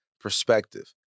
perspective